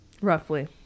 roughly